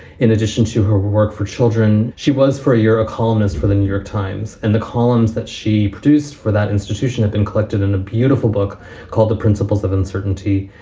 in addition to her work for children, she was for a year a columnist for the new york times. and the columns that she produced for that institution have been collected in a beautiful book called the principles of uncertainty.